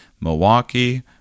Milwaukee